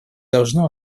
должно